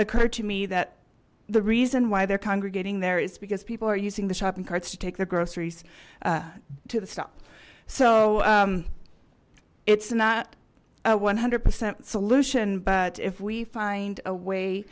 occurred to me that the reason why they're congregating there is because people are using the shopping carts to take their groceries to the stop so it's not a one hundred percent solution but if we find a way